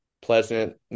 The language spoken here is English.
pleasant